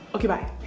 okay. bye